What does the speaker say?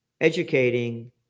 educating